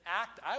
act